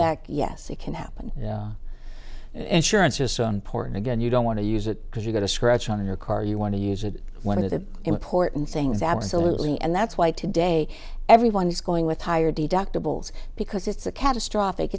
that yes it can happen insurance is so important again you don't want to use it because you got a scratch on your car you want to use it one of the important things absolutely and that's why today everyone is going with higher deductibles because it's a catastrophic